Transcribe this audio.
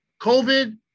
COVID